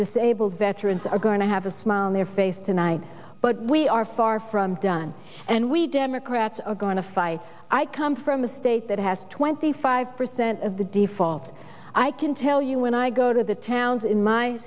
disabled veterans are going to have a smile on their face tonight but we are far from done and we democrats are going to fight i come from a state that has twenty five percent of the default i can tell you when i go to the towns in my